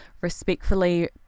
respectfully